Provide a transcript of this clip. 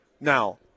Now